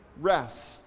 rest